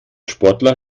sportler